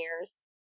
years